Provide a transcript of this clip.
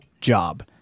job